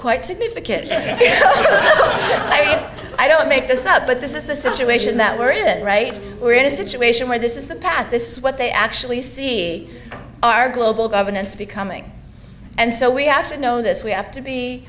quite significant i mean i don't make this up but this is the situation that we're in right we're in a situation where this is the path this is what they actually see our global governance becoming and so we have to know this we have to be